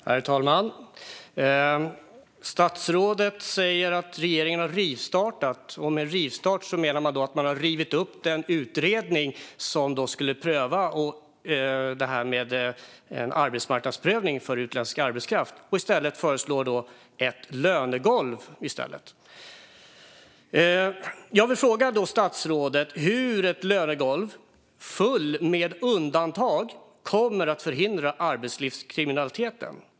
Herr talman! Statsrådet säger att regeringen har rivstartat. Med rivstart menas att man har rivit upp den utredning som skulle titta på arbetsmarknadsprövning för utländsk arbetskraft. I stället föreslås ett lönegolv. Jag vill fråga statsrådet hur ett lönegolv som är fullt med undantag kommer att förhindra arbetslivskriminalitet.